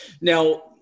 now